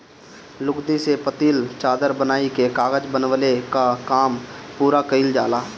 लुगदी से पतील चादर बनाइ के कागज बनवले कअ काम पूरा कइल जाला